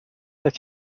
their